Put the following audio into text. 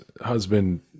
husband